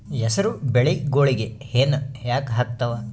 ಹೆಸರು ಬೆಳಿಗೋಳಿಗಿ ಹೆನ ಯಾಕ ಆಗ್ತಾವ?